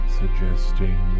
suggesting